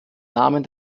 namen